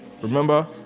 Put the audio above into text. Remember